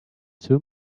two